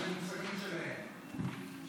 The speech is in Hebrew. זה במושגים שלהם.